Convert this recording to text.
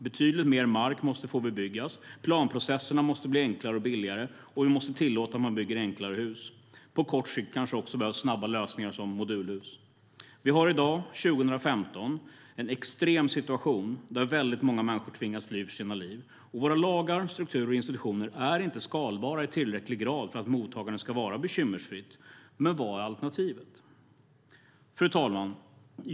Betydligt mer mark måste få bebyggas, planprocesserna måste bli enklare och billigare, och vi måste tillåta att man bygger enklare hus. På kort sikt behövs kanske också snabba lösningar som modulhus. Vi har i dag, 2015, en extrem situation där väldigt många människor tvingas fly för sitt liv. Våra lagar, strukturer och institutioner är inte skalbara i tillräcklig grad för att mottagandet ska vara bekymmersfritt, men vad är alternativet? Fru talman!